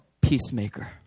peacemaker